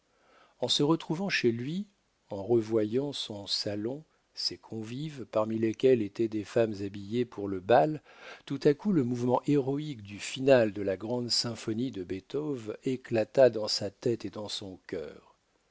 en se retrouvant chez lui en revoyant son salon ses convives parmi lesquels étaient des femmes habillées pour le bal tout à coup le mouvement héroïque du finale de la grande symphonie de beethoven éclata dans sa tête et dans son cœur